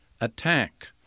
attack